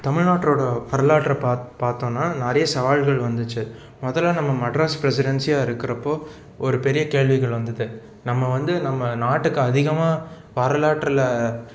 தமிழ்நாட்டோடய வரலாற்றை பாத் பார்த்தோன்னா நிறைய சவால்கள் வந்துச்சு முதல்ல நம்ம மெட்ராஸ் பிரசிடென்சியாக இருக்கிறப்போ ஒரு பெரிய கேள்விகள் வந்தது நம்ம வந்து நம்ம நாட்டுக்கு அதிகமாக வரலாற்றில்